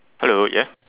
hello yeah